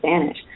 Spanish